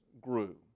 grew